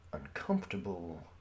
uncomfortable